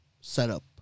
setup